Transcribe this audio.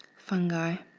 fungi,